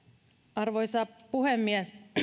arvoisa puhemies